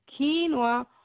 Quinoa